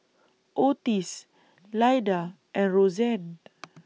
Ottis Lyda and Roseanne